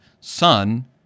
son